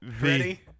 ready